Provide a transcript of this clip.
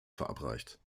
verabreicht